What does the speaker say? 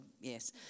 yes